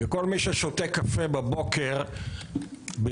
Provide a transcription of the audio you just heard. כל מי ששותה קפה בבוקר בישראל,